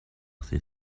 ses